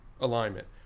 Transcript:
alignment